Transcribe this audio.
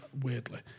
weirdly